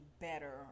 better